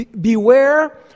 beware